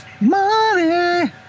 money